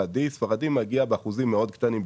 מגיע באחוזים מאוד קטנים,